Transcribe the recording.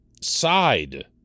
side